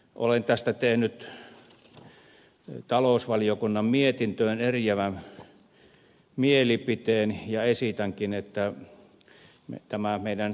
olen tästä tehnyt talousvaliokunnan mietintöön eriävän mielipiteen ja esitänkin tämä meidän rinnakkaislakialoitteemme on ed